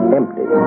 empty